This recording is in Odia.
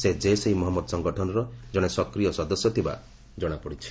ସେ ଜେସ୍ ଇ ମହମ୍ମଦ ସଂଗଠନର ଜଣେ ସକ୍ରିୟ ସଦସ୍ୟ ଥିବା ଜଣାପଡ଼ିଛି